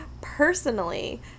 Personally